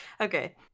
Okay